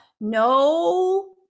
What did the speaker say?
no